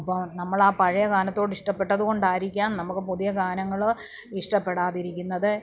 അപ്പോൾ നമ്മളാ പഴയ ഗാനത്തോട് ഇഷ്ടപെട്ടതു കൊണ്ടായിരിക്കാം നമുക്ക് പുതിയ ഗാനങ്ങള് ഇഷ്ടപ്പെടാതിരിക്കുന്നത്